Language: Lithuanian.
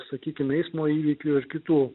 sakykim eismo įvykių ir kitų